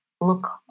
look